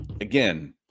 again